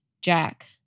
Jack